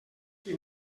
qui